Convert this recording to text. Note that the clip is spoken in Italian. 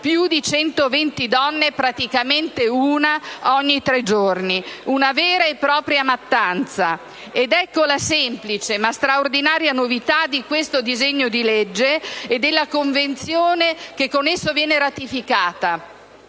più di 120 donne, praticamente una ogni tre giorni: si tratta di una vera e propria mattanza! Ecco la semplice ma straordinaria novità di questo disegno di legge e della Convenzione che con esso viene ratificata: